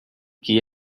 gehe